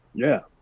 yeah.